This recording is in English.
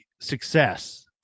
success